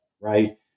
right